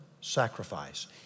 sacrifice